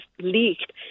leaked